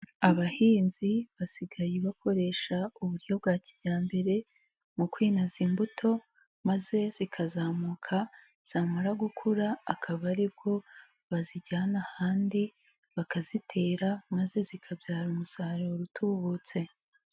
Abahinzi basigaye bakoresha uburyo bwa kijyambere mu kwinaza imbuto maze zikazamuka zamara gukura akaba aribwo bazijyana ahandi bakazitera maze zikabyara umusaruro utubutse.